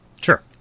Sure